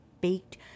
baked